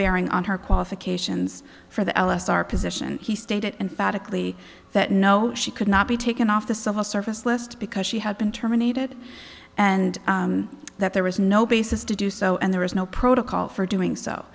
bearing on her qualifications for the ls our position he stated emphatically that no she could not be taken off the civil service list because she had been terminated and that there was no basis to do so and there is no protocol for doing so